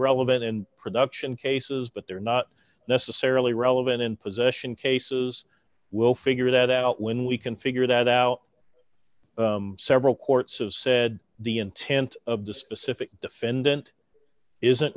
relevant and production cases but they're not necessarily relevant in position cases we'll figure that out when we can figure that out several courts have said the intent of the specific defendant isn't